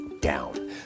down